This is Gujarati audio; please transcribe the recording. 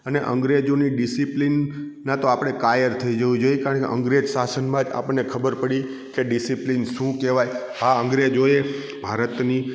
અને અંગ્રેજોની ડિસિપ્લિન ના તો આપણે કાયર થઈ જવું જોઈએ કારણ કે અંગ્રેજ શાસનમાં આપણ ને ખબર પડી કે ડિસિપ્લિન શું કહેવાય આ અંગ્રેજોએ ભારતની